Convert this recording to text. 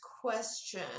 question